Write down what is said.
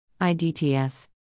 IDTS